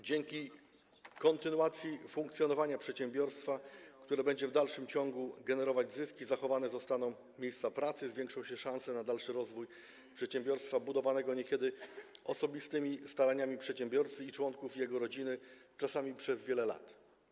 Dzięki kontynuacji funkcjonowania przedsiębiorstwa, które będzie w dalszym ciągu generować zyski, zachowane zostaną miejsca pracy, zwiększą się szanse na dalszy rozwój przedsiębiorstwa budowanego niekiedy osobistymi staraniami przedsiębiorcy i członków jego rodziny czasami przez wiele lat.